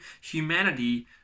humanity